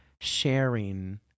sharing